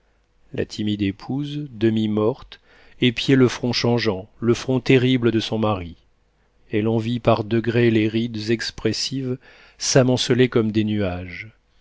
la timide épouse demi-morte épiait le front changeant le front terrible de son mari elle en vit par degrés les rides expressives s'amonceler comme des nuages